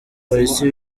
police